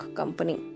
company